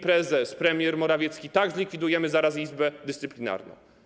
Prezes, premier Morawiecki mówią: tak, zlikwidujemy zaraz Izbę Dyscyplinarną.